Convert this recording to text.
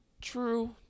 True